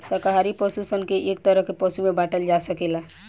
शाकाहारी पशु सन के एक तरह के पशु में बाँटल जा सकेला